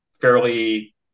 fairly